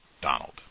Donald